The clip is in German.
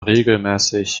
regelmäßig